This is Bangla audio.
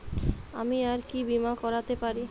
আমি আর কি বীমা করাতে পারি?